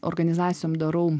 organizacijom darau